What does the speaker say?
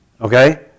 okay